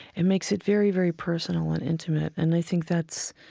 it makes it very, very personal and intimate. and i think that's,